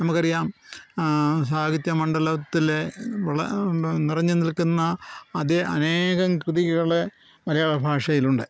നമുക്കറിയാം സാഹിത്യ മണ്ഡലത്തിൽ ഉള്ള നിറഞ്ഞ് നിൽക്കുന്ന അതെ അനേകം കൃതികൾ മലയാള ഭാഷയിലുണ്ട്